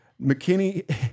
McKinney